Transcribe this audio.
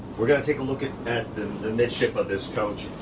we're going to take a look at at the the midship of this coach.